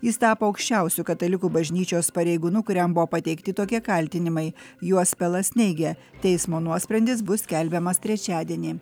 jis tapo aukščiausiu katalikų bažnyčios pareigūnu kuriam buvo pateikti tokie kaltinimai juos pelas neigia teismo nuosprendis bus skelbiamas trečiadienį